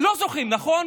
לא זוכרים, נכון?